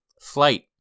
Flight